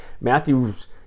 Matthew's